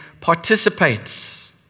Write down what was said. participates